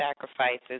sacrifices